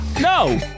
No